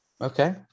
Okay